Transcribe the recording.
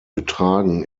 betragen